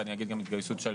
ואני אגיד גם בהתגייסות של